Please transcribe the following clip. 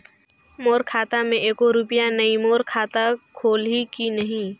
मोर खाता मे एको रुपिया नइ, मोर खाता खोलिहो की नहीं?